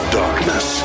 darkness